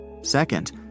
Second